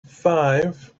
five